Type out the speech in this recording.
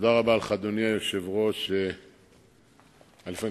אדוני היושב-ראש, תודה רבה לך.